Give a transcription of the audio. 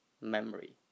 memory